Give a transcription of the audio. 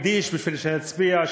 לקרסוליים שלו אתם לא מגיעים.